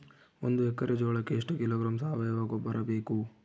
ಒಂದು ಎಕ್ಕರೆ ಜೋಳಕ್ಕೆ ಎಷ್ಟು ಕಿಲೋಗ್ರಾಂ ಸಾವಯುವ ಗೊಬ್ಬರ ಬೇಕು?